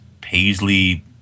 paisley